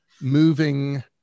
moving